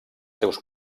seus